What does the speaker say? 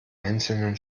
einzelnen